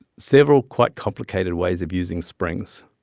several quite complicated ways of using springs.